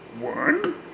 one